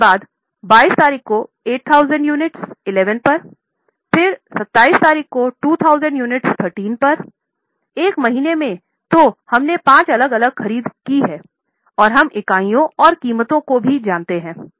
उसके बाद 22 तारीख को 8000 यूनिट्स 11 पर और 27 तारीख को 2000 यूनिट्स 13 पर एक महीने में तो हमारे पांच अलग अलग खरीद हैं और हम इकाइयों और कीमतों को जानते हैं